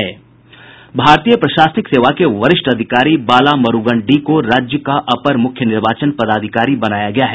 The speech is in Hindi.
भारतीय प्रशासनिक सेवा के वरिष्ठ अधिकारी बाला मुरुगन डी को राज्य का अपर मुख्य निर्वाचन पदाधिकारी बनाया गया है